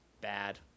Bad